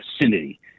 vicinity